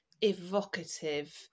evocative